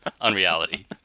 unreality